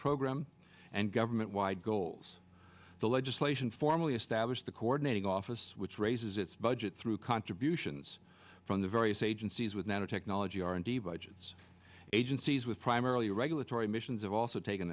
program and government wide goals the legislation formally established the coordinating office which raises its budget through contributions from the various agencies with nanotechnology r and d budgets agencies with primarily regulatory missions have also tak